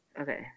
Okay